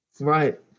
Right